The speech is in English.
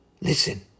Listen